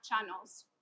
channels